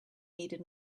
needed